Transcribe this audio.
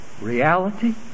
reality